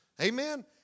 Amen